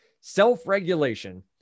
Self-regulation